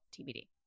TBD